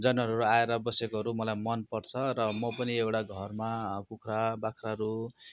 जनावरहरू आएर बसेकोहरू मलाई मनपर्छ र म पनि एउटा घरमा कुखुरा बाख्राहरू